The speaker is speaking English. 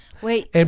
Wait